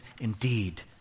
indeed